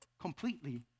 completely